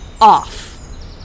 off